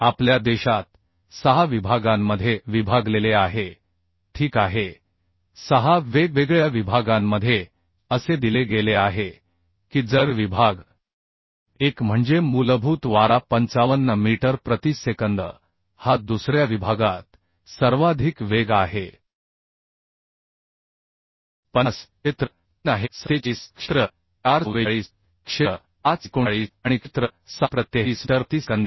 आपल्या देशात सहा विभागांमध्ये विभागलेले आहे ठीक आहे सहा वेगवेगळ्या विभागांमध्ये असे दिले गेले आहे की जर विभाग एक म्हणजे मूलभूत वारा 55 मीटर प्रति सेकंद हा दुसऱ्या विभागात सर्वाधिक वेग आहे 50 क्षेत्र तीन आहे 47 क्षेत्र चार 44 क्षेत्र पाच 39 आणि क्षेत्र सहा प्रति 33 मीटर प्रति सेकंद आहे